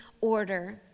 order